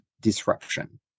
disruption